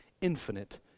infinite